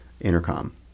intercom